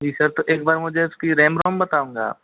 जी sir तो एक बार मुझे इसकी रेम रोम बताऊंगा